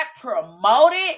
promoted